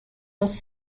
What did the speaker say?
was